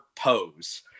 pose